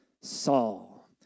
Saul